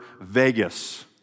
Vegas